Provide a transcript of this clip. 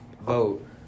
vote